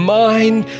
mind